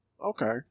Okay